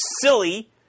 silly